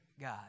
God